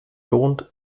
lohnt